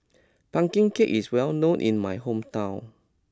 Pumpkin Cake is well known in my hometown